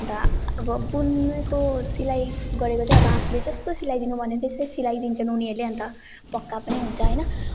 अन्त आ अब बुनेको सिलाइ गरेको चाहिँ अब आफूले जस्तो सिलाइदिनु भन्यो त्यस्तै सिलाइदिन्छन् उनीहरूले अन्त पक्का पनि हुन्छ होइन